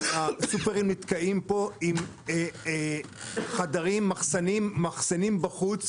הסופרים נתקעים עם מחסנים בחוץ,